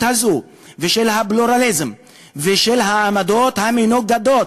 הזו ושל הפלורליזם ושל העמדות המנוגדות,